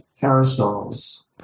parasols